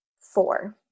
Four